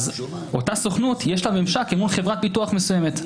לאותה סוכנות יש ממשק אל מול חברת ביטוח מסוימת,